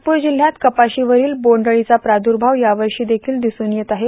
नागपूर जिल्हयात कपाशीवरील बोंड अछीचा प्रादुर्भाव यावर्षी देखील दिसून येत आहे